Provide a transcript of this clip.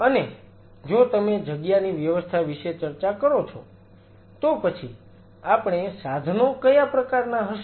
અને જો તમે જગ્યાની વ્યવસ્થા વિશે ચર્ચા કરો છો તો પછી આપણે સાધનો કયા પ્રકારનાં હશે